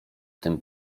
tym